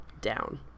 down